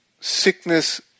sickness